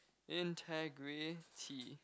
integrity